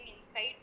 inside